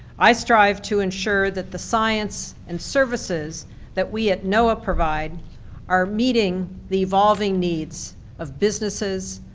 i strive to ensure that the science and services that we at noaa provide are meeting the evolving needs of businesses,